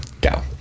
Go